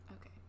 Okay